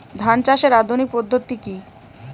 ধান চাষের আধুনিক পদ্ধতি কি?